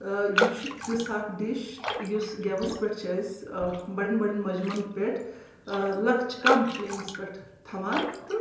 یہِ چھُ تِژھ اَکھ ڈِش یُس گٮَ۪وس پٮ۪ٹھ چھِ أسۍ بَڈٮ۪ن بَڈٮ۪ن مجمَن پٮ۪ٹھ لۅکچہِ کَم فُلیمَس پٮ۪ٹھ تھاوان تہٕ